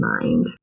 mind